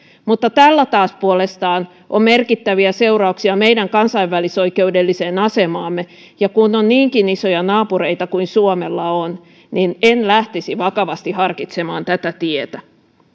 mutta tällä taas puolestaan on merkittäviä seurauksia meidän kansainvälisoikeudelliseen asemaamme ja kun on niinkin isoja naapureita kuin suomella on niin en lähtisi vakavasti harkitsemaan tätä tietä